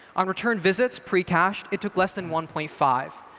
on return visits, precached it took less than one point five.